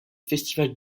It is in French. festival